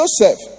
Joseph